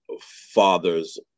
fathers